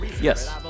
yes